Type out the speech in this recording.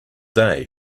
day